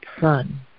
Son